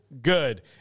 good